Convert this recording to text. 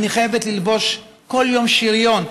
אני חייבת ללבוש כל יום שריון,